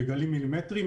בגלים מילימטריים,